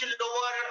lower